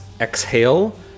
exhale